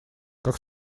как